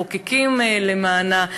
מחוקקים למענה,